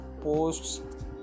posts